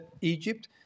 Egypt